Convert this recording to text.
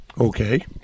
Okay